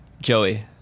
Joey